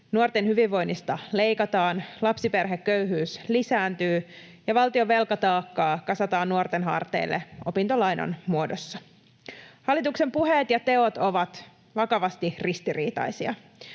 nuorten hyvinvoinnista leikataan, lapsiperheköyhyys lisääntyy, ja valtion velkataakkaa kasataan nuorten harteille opintolainan muodossa. Hallituksen puheet ja teot ovat vakavasti ristiriitaisia.